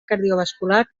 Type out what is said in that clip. cardiovascular